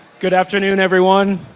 good afternoon everyone.